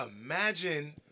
Imagine